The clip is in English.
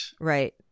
Right